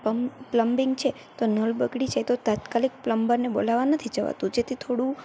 plumbing છે તો નળ બગડી છે તો તાત્કાલિક પ્લમ્બરને બોલવવા નથી જવાતું જેથી થોડું